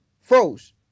Froze